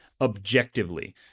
objectively